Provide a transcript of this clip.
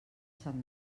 sant